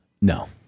No